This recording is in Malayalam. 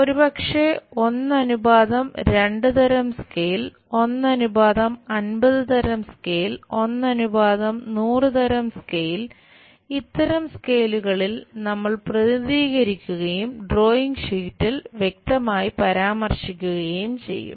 ഒരുപക്ഷേ 1 അനുപാതം 2 തരം സ്കെയിൽ ഇത്തരം സ്കെയിലുകളിൽ നമ്മൾ പ്രതിനിധീകരിക്കുകയും ഡ്രോയിംഗ് ഷീറ്റിൽ വ്യക്തമായി പരാമർശിക്കുകയും ചെയ്യും